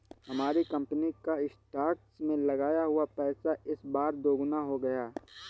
हमारी कंपनी का स्टॉक्स में लगाया हुआ पैसा इस बार दोगुना हो गया